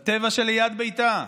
בטבע שליד ביתה,